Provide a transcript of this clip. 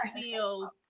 feel